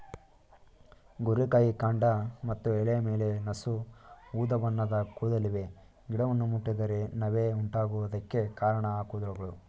ಗೋರಿಕಾಯಿ ಕಾಂಡ ಮತ್ತು ಎಲೆ ಮೇಲೆ ನಸು ಉದಾಬಣ್ಣದ ಕೂದಲಿವೆ ಗಿಡವನ್ನು ಮುಟ್ಟಿದರೆ ನವೆ ಉಂಟಾಗುವುದಕ್ಕೆ ಕಾರಣ ಈ ಕೂದಲುಗಳು